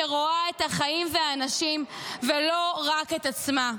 שרואה את החיים ואת האנשים ולא רק את עצמה.